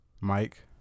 Mike